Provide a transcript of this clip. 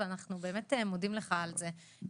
אנחנו באמת מודים לך על זה.